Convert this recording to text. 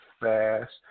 fast